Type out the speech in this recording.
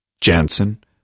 Jansen